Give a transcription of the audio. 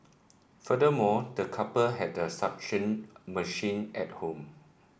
furthermore the couple had a suction machine at home